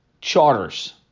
charters